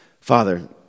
Father